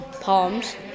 palms